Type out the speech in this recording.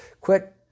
quit